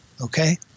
okay